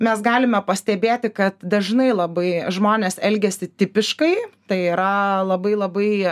mes galime pastebėti kad dažnai labai žmonės elgiasi tipiškai tai yra labai labai